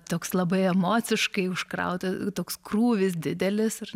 toks labai emociškai užkrauti toks krūvis didelis ir